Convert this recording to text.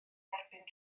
derbyn